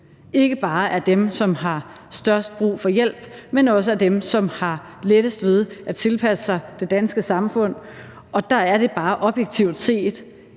ikke bare er dem, som har størst brug for hjælp, men også er dem, som har lettest ved at tilpasse sig det danske samfund. Og der er det bare objektivt set